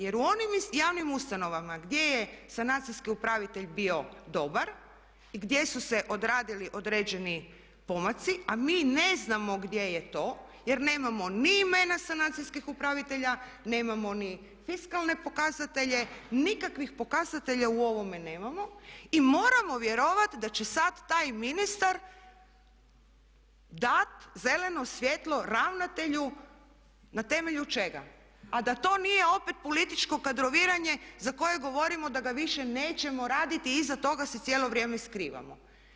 Jer u onim javnim ustanovama gdje je sanacijski upravitelj bio dobar, gdje su se odradili određeni pomaci, a mi ne znamo gdje je to jer nemamo ni imena sanacijskih upravitelja, nemamo ni fiskalne pokazatelje, nikakvih pokazatelja u ovome nemamo i moramo vjerovati da će sad taj ministar dat zeleno svjetlo ravnatelju na temelju čega, a da to nije opet političko kadroviranje za koje govorimo da ga više nećemo raditi i iza toga se cijelo vrijeme skrivamo.